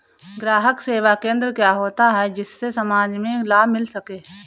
ग्राहक सेवा केंद्र क्या होता है जिससे समाज में लाभ मिल सके?